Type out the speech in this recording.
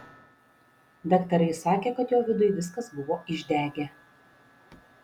daktarai sakė kad jo viduj viskas buvo išdegę